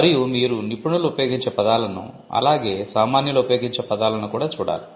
మరియు మీరు నిపుణులు ఉపయోగించే పదాలను అలాగే సామాన్యులు ఉపయోగించే పదాలను కూడా చూడాలి